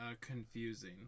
confusing